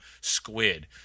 squid